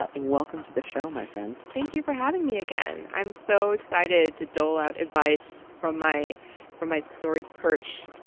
but welcome to the show, my friend thank you for having me again. i'm so excited to dole out advice from my from my storied perch